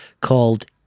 called